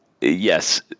Yes